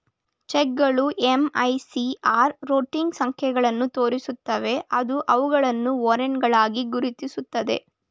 ಚೆಕ್ಗಳು MICR routing ಸಂಖ್ಯೆಗಳನ್ನು ತೋರಿಸುತ್ತವೆ ಅದು ಅವುಗಳನ್ನು ವಾರೆಂಟ್ಗಳಾಗಿ ಗುರುತಿಸುತ್ತದೆ